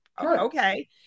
okay